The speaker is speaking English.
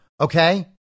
Okay